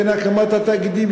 בין הקמת התאגידים,